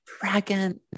Dragon